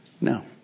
No